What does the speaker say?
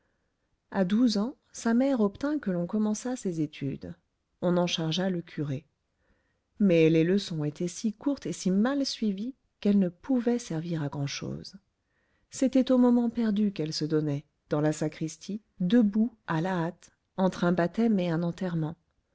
à douze ans sa mère obtint que l'on commençât ses études on en chargea le curé mais les leçons étaient si courtes et si mal suivies qu'elles ne pouvaient servir à grand-chose c'était aux moments perdus qu'elles se donnaient dans la sacristie debout à la hâte entre un baptême et un enterrement